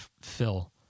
fill